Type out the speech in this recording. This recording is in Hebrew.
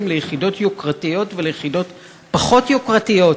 ליחידות יוקרתיות וליחידות פחות יוקרתיות.